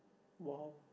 !wow!